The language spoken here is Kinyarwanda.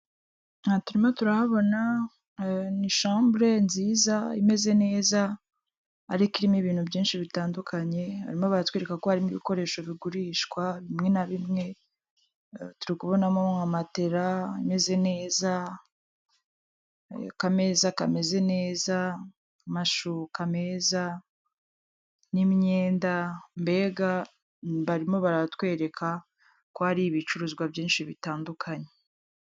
Aha turirimo turahabona ni shambure nziza imeze neza, ariko irimo ibintu byinshi bitandukanye, barimo batwereka ko harimo ibikoresho bigurishwa bimwe na bimwe, turi kubonamo nka matela imeze neza, akameza kameze neza, amashuka meza, n'imyenda, mbega barimo baratwereka ko hari ibicuruzwa byinshi bitandukanye.